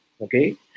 okay